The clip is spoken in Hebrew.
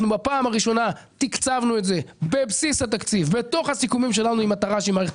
אנחנו פעם ראשונה תקצבנו את זה בבסיס התקציב בהתאם לקצב